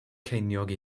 ceiniog